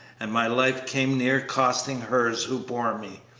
and my life came near costing hers who bore me.